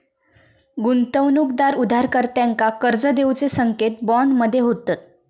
गुंतवणूकदार उधारकर्त्यांका कर्ज देऊचे संकेत बॉन्ड मध्ये होतत